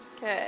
Good